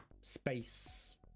Space